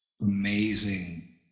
amazing